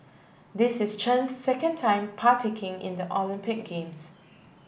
this is Chen's second time partaking in the Olympic games